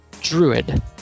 druid